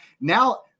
now